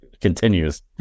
continues